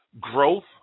Growth